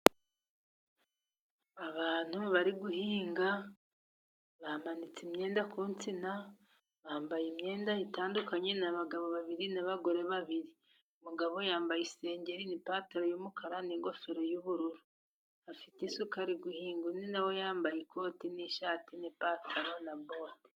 Abantu bari guhinga bamanitse imyenda ku nsina, bambaye imyenda itandukanye. Ni abagabo babiri n'abagore babiri. Umugabo yambaye isengeri n'ipantaro y'umukara n'ingofero y'ubururu, afite isuka ari guhinga. Undi na we yambaye ikoti n'ishati n'ipantaro na bote.